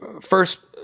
first